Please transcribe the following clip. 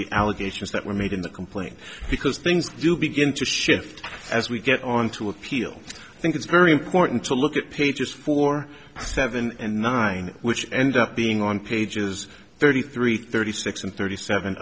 the allegations that were made in the complaint because things do begin to shift as we get on to appeal i think it's very important to look at pages four seven and nine which end up being on pages thirty three thirty six and thirty seven